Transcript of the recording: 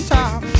top